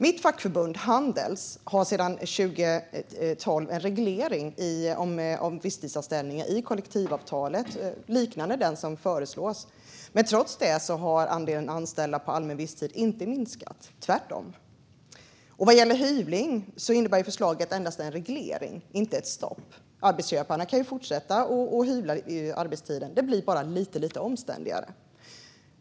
Mitt fackförbund Handels har sedan 2012 en reglering om visstidsanställningar i kollektivavtalet, liknande den som föreslås. Men trots det har andelen anställda på allmän visstid inte minskat, tvärtom. Vad gäller hyvling innebär förslaget endast en reglering, inte ett stopp. Arbetsköparna kan fortsätta att hyvla i arbetstiden - det blir bara lite omständligare.